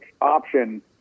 option